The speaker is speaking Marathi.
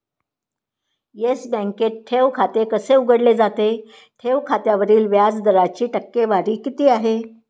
येस बँकेत ठेव खाते कसे उघडले जाते? ठेव खात्यावरील व्याज दराची टक्केवारी किती आहे?